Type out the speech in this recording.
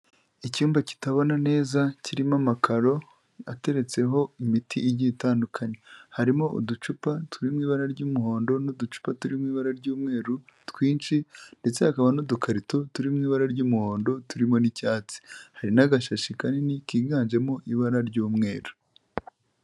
Icyumba kitabona neza, kirimo amakaro ateretseho imiti igiye itandukanye. Harimo uducupa turi mu ibara ry'umuhondo n'uducupa turi mu ibara ry'umweru twinshi ndetse hakaba n'udukarito turi mu ibara ry'umuhondo, turimo n'icyatsi. Hari n'agashashi kanini kiganjemo ibara ry'umweru.